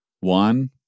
one